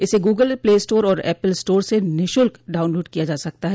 इसे Google play store और Apple store से निःशुल्क डाउनलोड किया जा सकता है